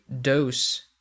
Dose